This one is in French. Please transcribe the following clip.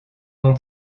non